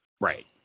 Right